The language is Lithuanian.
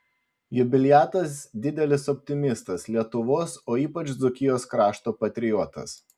jubiliatas didelis optimistas lietuvos o ypač dzūkijos krašto patriotas